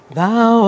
thou